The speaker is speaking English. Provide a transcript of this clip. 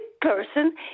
person